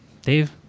Dave